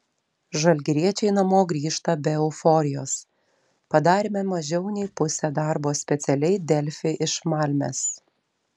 žalgiriečiai namo grįžta be euforijos padarėme mažiau nei pusę darbo specialiai delfi iš malmės